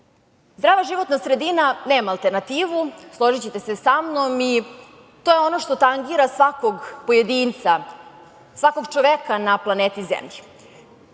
životna sredina nema alternativu, složićete se sa mnom, i to je ono što tangira svakog pojedinca, svakog čoveka na planeti Zemlji.